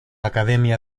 academia